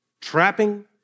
Trapping